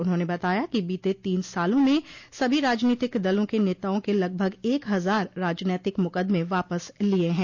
उन्होंने बताया कि बीते तीन सालों में सभी राजनीतिक दलों के नेताओं के लगभग एक हजार राजनैतिक मुकदमे वापस लिये हैं